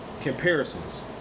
comparisons